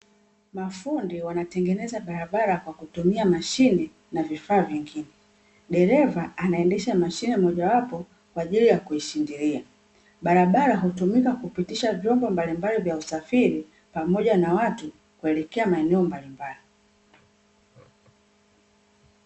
Mafundi wanatengeneza barabara kwa kutumia mashine na vifaa vingine, dereva anaendesha mashine mojawapo kwa ajili ya kuishindilia. Barabara hutumika kupitisha vyomba mbalimbali vya usafiri pamoja na watu kuelekea maeneo mbalimbali.